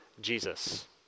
Jesus